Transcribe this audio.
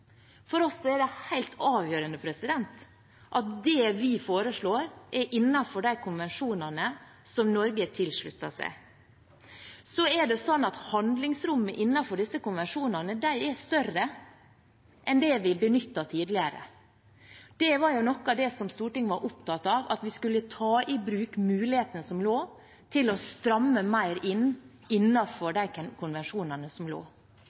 For oss er det helt avgjørende at det vi foreslår, er innenfor de konvensjonene som Norge har sluttet seg til. Så er det slik at handlingsrommet innenfor disse konvensjonene er større enn det vi benyttet tidligere. Det var noe av det som Stortinget var opptatt av, at vi skulle ta i bruk de mulighetene som lå der, til å stramme mer inn innenfor de konvensjonene som